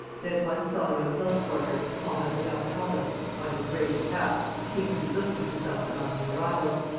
they at once saw an hotel-porter, with ambassadeurs-palace on his braided cap, who seemed to be looking for some one among the arrivals.